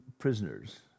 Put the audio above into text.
prisoners